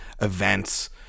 events